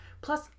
Plus